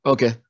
Okay